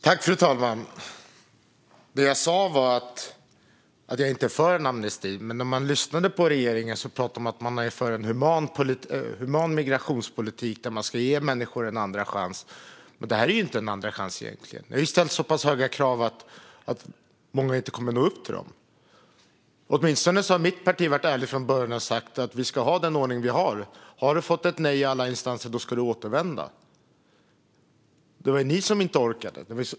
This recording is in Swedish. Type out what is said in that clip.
Fru talman! Det jag sa var att jag inte är för en amnesti. Men om man lyssnar på regeringen hör man att de talar om att de är för en human migrationspolitik där man ska ge människor en andra chans. Och det här är egentligen inte någon andra chans. Vi har ställt så pass höga krav att många inte kommer att nå upp till dem. Mitt parti har åtminstone varit ärligt från början och sagt att vi ska ha den ordning vi har. Om man har fått ett nej i alla instanser ska man återvända. Det var ni som inte orkade.